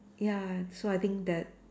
ya so I think that